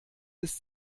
ist